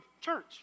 church